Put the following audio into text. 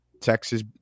Texas